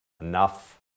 Enough